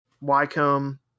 Wycombe